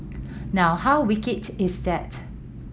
now how wicked is that